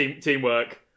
teamwork